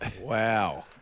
Wow